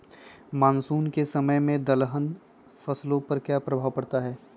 Monsoon के समय में दलहन फसलो पर क्या प्रभाव पड़ता हैँ?